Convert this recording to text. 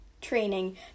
training